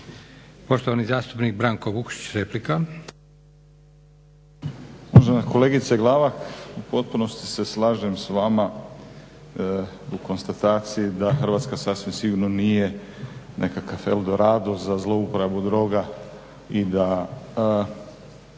laburisti - Stranka rada)** Uvažena kolegice Glavak, u potpunosti se slažem s vama u konstataciji da Hrvatska sasvim sigurno nije nekakav El Dorado za zlouporabu droga.